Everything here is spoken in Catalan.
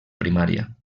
primària